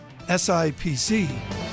SIPC